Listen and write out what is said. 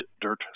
dirt